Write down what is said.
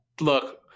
look